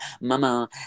mama